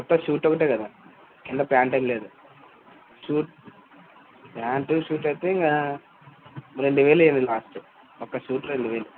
ఉత్త షూట్ ఒక్కటే కదా కింద ప్యాంట్ ఏం లేదు షూట్ ప్యాంట్ షూట్ అయితే ఇంగా రెండు వేలు ఇవ్వండి లాస్ట్ ఒక్క సూట్ రెండు వేలు